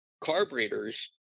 carburetors